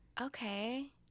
Okay